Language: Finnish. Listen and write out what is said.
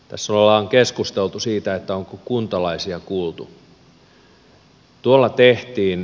tässä on keskusteltu siitä onko kuntalaisia kuultu